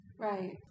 right